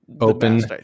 Open